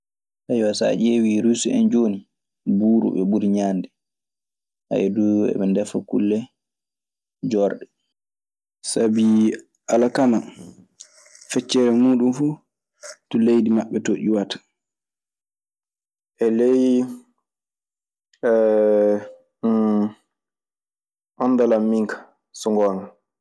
So ƴeewii ruus en jooni, buuru ɓe ɓuri ñaande. Eɓe ndefa kulle joorɗe. Sabi alkama feccere muuɗun fuu to leydi maɓɓe too iwata.E ley anndal an minka so ngoomga.